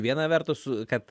vieną vertus kad